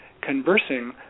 conversing